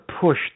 push